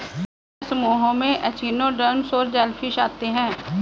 अन्य समूहों में एचिनोडर्म्स और जेलीफ़िश आते है